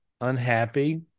unhappy